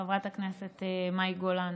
חברת הכנסת מאי גולן,